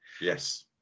Yes